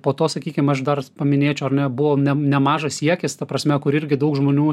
po to sakykim aš dar paminėčiau ar ne buvo nemažas siekis ta prasme kur irgi daug žmonių